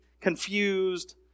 confused